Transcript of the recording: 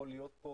יכול להיות פה